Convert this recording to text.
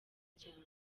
cyane